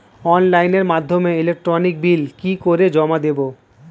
অনলাইনের মাধ্যমে electric bill কি করে জমা দেবো?